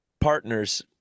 partners